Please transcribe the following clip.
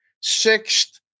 sixth